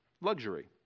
luxury